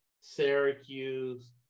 Syracuse